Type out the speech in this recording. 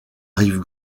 rive